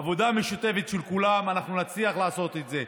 בעבודה משותפת של כולם אנחנו נצליח לעשות את זה.